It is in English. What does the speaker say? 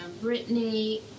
Britney